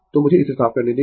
तो मुझे इसे साफ करने दें